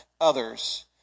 others